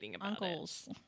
uncles